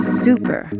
super